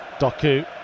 Doku